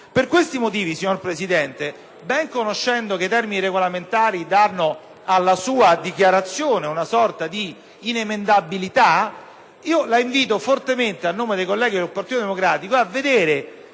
Quindi, signor Presidente, ben conoscendo che i termini regolamentari danno alla sua dichiarazione una sorta di inemendabilita, la invito fortemente, a nome dei colleghi del Gruppo del Partito Democratico, a vedere